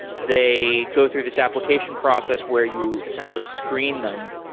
they go through this application process where you essentially screen them.